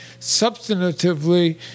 substantively